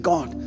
God